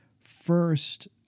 First